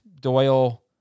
Doyle